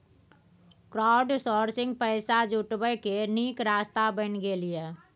crowdsourcing पैसा जुटबै केर नीक रास्ता बनि गेलै यै